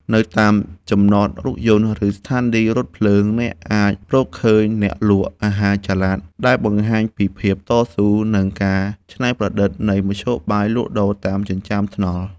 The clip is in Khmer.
នៅតាមចំណតរថយន្ត ឬស្ថានីយរថភ្លើង អ្នកអាចរកឃើញអ្នកលក់អាហារចល័ត ដែលបង្ហាញពីភាពតស៊ូ និងការច្នៃប្រឌិតនៃមធ្យោបាយលក់ដូរតាមចិញ្ចើមថ្នល់។